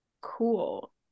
cool